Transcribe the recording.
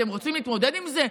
אתם רוצים להתמודד עם זה?